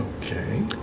Okay